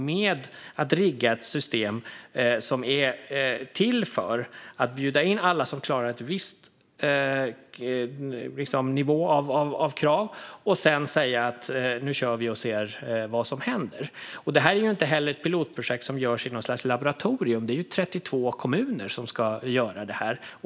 Man riggar ett system som är till för att bjuda in alla som klarar en viss kravnivå och sedan säga: Nu kör vi och ser vad som händer! Detta är inte heller ett pilotprojekt som görs i något slags laboratorium. Det är ju 32 kommuner som ska göra det här.